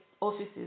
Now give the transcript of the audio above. offices